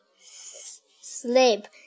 sleep